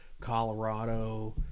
Colorado